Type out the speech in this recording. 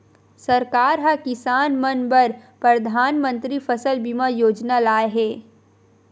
सरकार ह किसान मन बर परधानमंतरी फसल बीमा योजना लाए हे